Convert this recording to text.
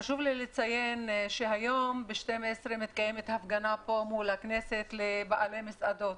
חשוב לי לציין שהיום ב-12:00 מתקיימת הפגנה מול הכנסת של בעלי המסעדות.